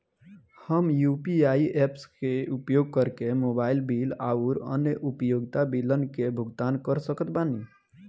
हम UPI apps के उपयोग करके मोबाइल बिल आउर अन्य उपयोगिता बिलन के भुगतान कर सकत बानी